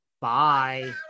Bye